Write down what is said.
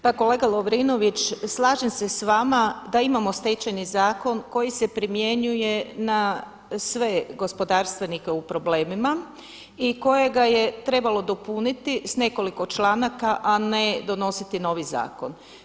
Pa kolega Lovrinović slažem se s vama da imamo stečajni zakon koji se primjenjuje na sve gospodarstvenike u problemima i kojega je trebalo dopuniti s nekoliko članaka a ne donositi novi zakon.